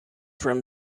from